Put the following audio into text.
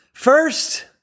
First